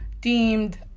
deemed